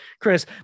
chris